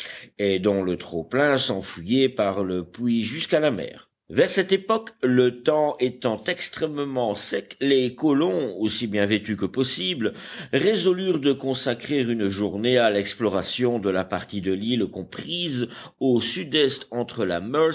et dont le trop-plein s'enfuyait par le puits jusqu'à la mer vers cette époque le temps étant extrêmement sec les colons aussi bien vêtus que possible résolurent de consacrer une journée à l'exploration de la partie de l'île comprise au sud-est entre la